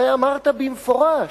הרי אמרת במפורש: